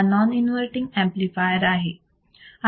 हा non inverting amplifier आहे